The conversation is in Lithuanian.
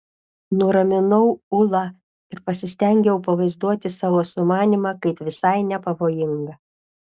nuraminau ulą ir pasistengiau pavaizduoti savo sumanymą kaip visai nepavojingą